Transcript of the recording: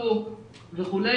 אסור וכו'.